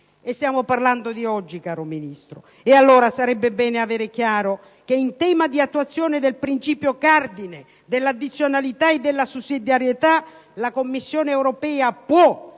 Stiamo parlando di oggi, caro Ministro. Sarebbe bene, allora, avere chiaro che in tema di attuazione del principio cardine dell'addizionalità e della sussidiarietà la Commissione europea può,